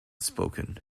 spoken